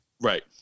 Right